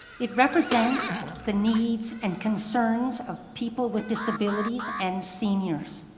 it represents the needs and concerns of people with disabilities and seniors.